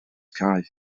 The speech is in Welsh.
cae